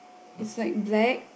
it's like black